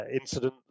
incident